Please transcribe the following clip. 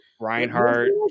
Reinhardt